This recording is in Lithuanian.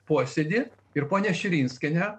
posėdį ir ponia širinskienė